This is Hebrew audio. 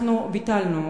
אנחנו ביטלנו,